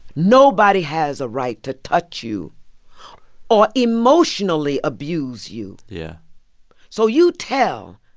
nobody has a right to touch you or emotionally abuse you yeah so you tell,